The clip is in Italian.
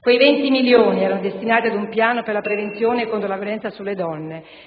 Quei 20 milioni erano destinati ad un Piano per la prevenzione contro la violenza sulle donne